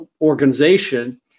organization